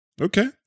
okay